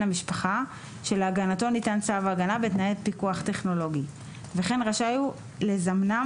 המשפחה שלהגנתו ניתן צו ההגנה בתנאי פיקוח טכנולוגי וכן רשאי הוא לזמנם